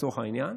לצורך העניין,